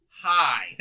Hi